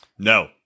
No